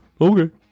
okay